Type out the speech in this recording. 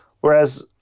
Whereas